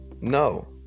No